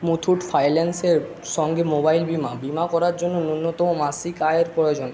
মুথুট ফাইন্যান্সের সঙ্গে মোবাইল বিমা বিমা করার জন্য ন্যূনতম মাসিক আয়ের প্রয়োজন